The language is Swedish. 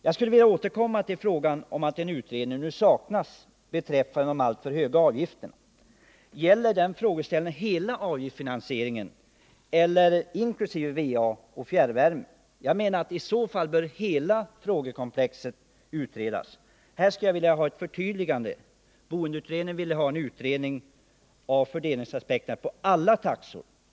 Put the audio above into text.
Jag skulle vilja återkomma till detta att en utredning saknas beträffande de alltför höga avgifterna. Gäller frågeställningen hela avgiftsfinansieringen inkl. VA och fjärrvärme? I så fall bör enligt min mening hela frågekomplexet utredas. Här skulle jag vilja ha ett förtydligande. Boendeutredningen ville ha en utredning av fördelningsaspekterna på alla taxor och avgifter.